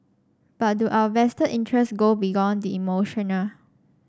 but do our vested interest go beyond the emotional